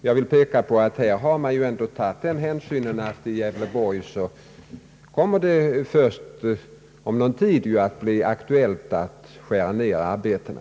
Jag vill understryka att vad beträffar Gävleborgs län har man ändå tagit den hänsynen, att det först om någon tid kommer att bli aktuellt att skära ned arbetena.